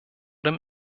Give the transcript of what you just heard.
dem